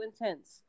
intense